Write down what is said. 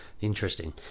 interesting